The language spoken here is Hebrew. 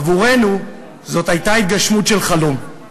עבורנו זאת הייתה התגשמות של חלום.